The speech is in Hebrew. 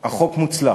החוק מוצלח.